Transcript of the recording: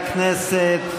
הכנסת,